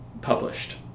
published